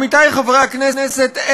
עמיתי חברי הכנסת,